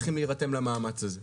צריכים להירתם למאמץ הזה.